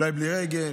אולי בלי רגל,